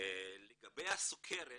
לגבי הסוכרת